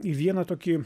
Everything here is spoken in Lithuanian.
į vieną tokį